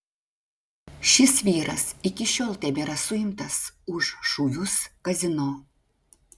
šis vyras iki šiol tebėra suimtas už šūvius kazino